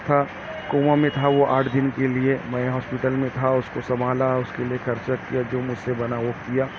تھا کوما میں تھا وہ آٹھ دن کے لیے میں ہاسپٹل میں تھا اس کو سنبھالا اور اس کے لیے خرچہ کیا جو مجھ سے بنا وہ کیا